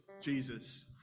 Jesus